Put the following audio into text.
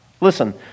Listen